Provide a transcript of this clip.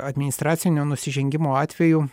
administracinio nusižengimo atveju